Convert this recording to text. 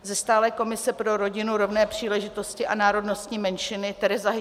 Ze stálé komise pro rodinu, rovné příležitosti a národnostní menšiny Tereza Hyťhová SPD.